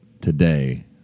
today